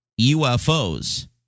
UFOs